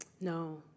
no